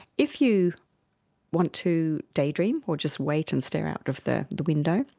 if you want to daydream or just wait and stare out of the the window,